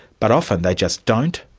but often they just don't,